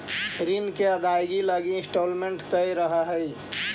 ऋण के अदायगी लगी इंस्टॉलमेंट तय रहऽ हई